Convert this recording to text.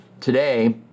today